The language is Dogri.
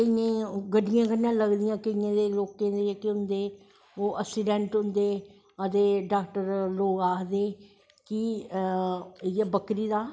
केंईयें गी गड्डियैं कन्नैं लगदियां केंईयें दे होंदे लोकें दे अक्सिडैंट होंदे ते डाक्टर लोग आखदे कि इयै बकरी दा